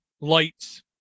lights